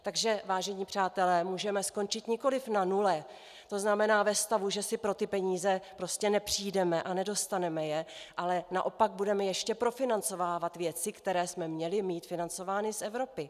Takže vážení přátelé, můžeme skončit nikoliv na nule, to znamená ve stavu, že si pro peníze prostě nepřijdeme a nedostaneme je, ale naopak budeme ještě profinancovávat věci, které jsme měli mít financovány z Evropy.